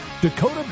Dakota